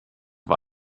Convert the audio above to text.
war